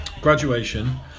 graduation